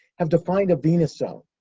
have defined a venus zone.